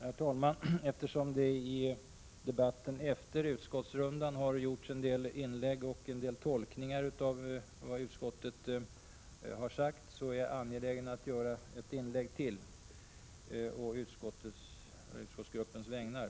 Herr talman! Eftersom det i debatten efter utskottsrundan har gjorts en del tolkningar av vad utskottet har sagt, är jag angelägen att göra ett inlägg till å den socialdemokratiska utskottsgruppens vägnar.